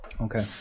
Okay